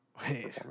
Wait